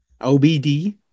OBD